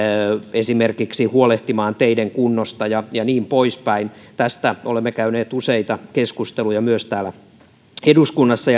esimerkiksi huolehtimaan teiden kunnosta ja ja niin poispäin myös tästä olemme käyneet useita keskusteluja täällä eduskunnassa